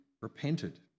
repented